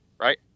right